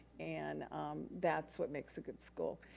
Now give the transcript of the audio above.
and that's what makes a good school.